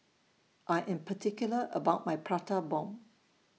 I Am particular about My Prata Bomb